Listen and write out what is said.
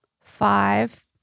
five